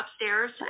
upstairs